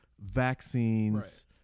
vaccines